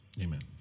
Amen